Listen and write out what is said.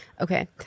Okay